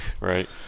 Right